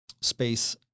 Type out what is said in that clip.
space